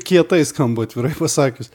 kietai skamba atvirai pasakius